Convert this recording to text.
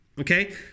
okay